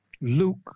Luke